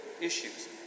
issues